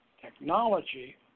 technology